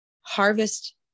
harvest